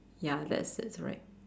ya that's it right